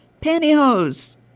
Pantyhose